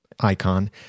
icon